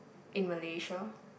in Malaysia